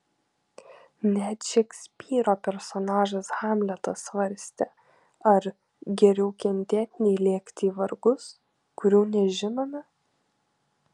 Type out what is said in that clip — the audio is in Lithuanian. net šekspyro personažas hamletas svarstė ar geriau kentėt nei lėkti į vargus kurių nežinome